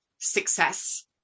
success